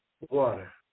water